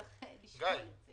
צריך לשקול את זה.